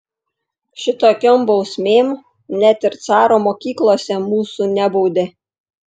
šitokiom bausmėm net ir caro mokyklose mūsų nebaudė